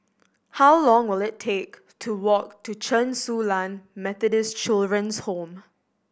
how long will it take to walk to Chen Su Lan Methodist Children's Home